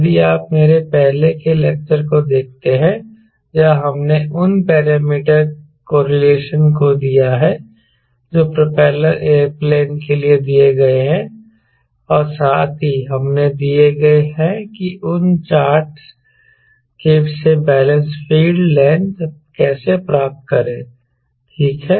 यदि आप मेरे पहले के लेक्चर को देखते हैं जहां हमने उन पैरामीटर कोरिलेशन को दिया है जो प्रोपेलर एयरप्लेन के लिए दिए गए हैं और साथ ही हमने दिए हैं कि उन चार्ट से बैलेंस फ़ील्ड लेंथ कैसे प्राप्त करें ठीक है